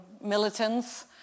militants